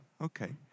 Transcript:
Okay